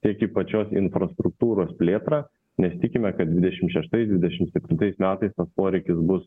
tiek į pačios infrastruktūros plėtrą nes tikime kad dvidešim šeštais dvidešim septintais metais poreikis bus